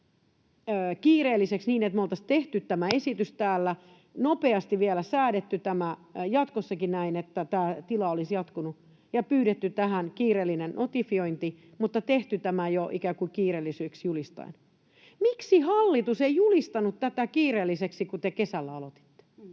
kiireelliseksi, niin että me oltaisiin tehty tämä esitys täällä, nopeasti vielä säädetty tämä jatkossakin näin, että tämä tila olisi jatkunut, ja pyydetty tähän kiireellinen notifiointi mutta tehty tämä jo ikään kuin kiireelliseksi julistaen. Miksi hallitus ei julistanut tätä kiireelliseksi, kun te kesällä aloititte?